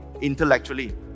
intellectually